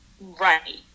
Right